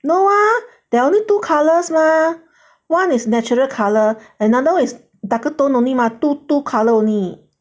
no ah there are only two colours mah one is natural colour another is darker tone only mah two two colour only